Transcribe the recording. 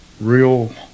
real